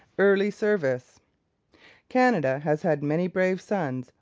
early service canada has had many brave sons,